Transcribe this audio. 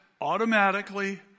automatically